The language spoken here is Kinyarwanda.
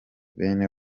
bene